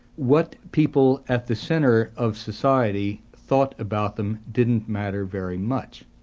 what people at the centre of society thought about them didn't matter very much.